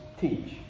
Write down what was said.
teach